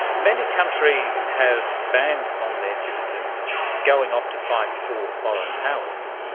many countries have bans on their citizens going off to fight for foreign powers.